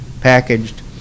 packaged